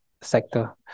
sector